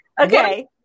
Okay